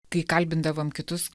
kai kalbindavom kitus